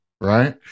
right